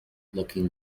looking